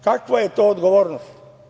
Kakva je to odgovornost?